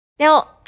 Now